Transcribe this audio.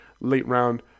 late-round